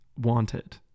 wanted